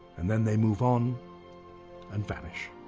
and then they move on and vanish.